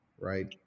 right